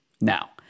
Now